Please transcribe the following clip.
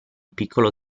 piccolo